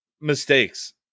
mistakes